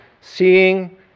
seeing